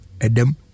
Adam